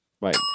Right